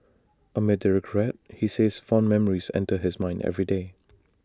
amid the regret he says fond memories enter his mind every day